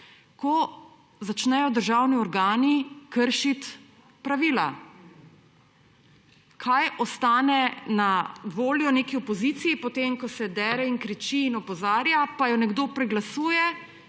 ko začnejo državni organi kršiti pravila. Kaj ostane na voljo neki opoziciji potem, ko se dere in kriči in opozarja, pa jo nekdo preglasuje